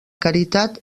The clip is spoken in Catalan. caritat